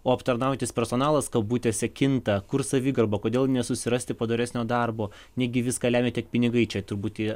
o aptarnaujantis personalas kabutėse kinta kur savigarba kodėl nesusirasti padoresnio darbo negi viską lemia tik pinigai čia tur būti